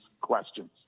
questions